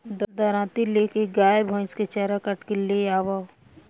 दराँती ले के गाय भईस के चारा काट के ले आवअ